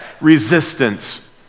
resistance